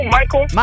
Michael